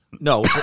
No